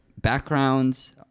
backgrounds